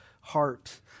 heart